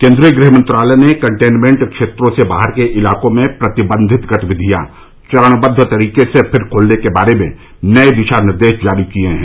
केन्द्रीय गृह मंत्रालय ने कंटेनमेंट क्षेत्रों से बाहर के इलाकों में प्रतिबंधित गतिविधियां चरणबद्व तरीके से फिर खोलने के बारे में नए दिशा निर्देश जारी किए हैं